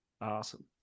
awesome